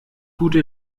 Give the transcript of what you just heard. gute